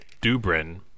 Dubrin